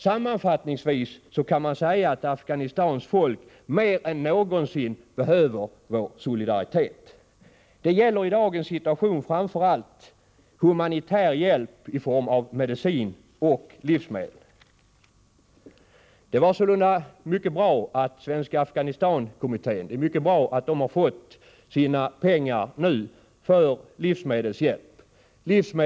Sammanfattningsvis kan man säga att Afghanistans folk mer än någonsin behöver vår solidaritet. Det gäller i dagens situation framför allt humanitär hjälp i form av medicin och livsmedel. Det är sålunda mycket bra att Svenska Afghanistankommittén nu fått sina pengar för livsmedelshjälp.